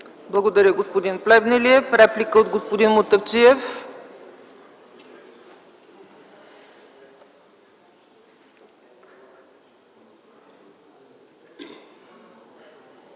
Благодаря, господин Плевнелиев. Реплика от господин Мутафчиев.